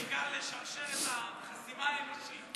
בעיקר לשרשרת החסימה האנושית.